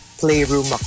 playroom